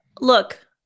Look